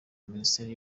minisiteri